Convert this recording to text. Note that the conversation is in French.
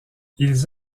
ils